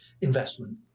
investment